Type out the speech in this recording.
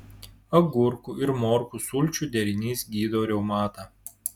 agurkų ir morkų sulčių derinys gydo reumatą